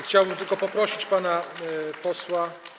Chciałbym tylko poprosić pana posła.